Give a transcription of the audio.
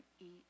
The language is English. eat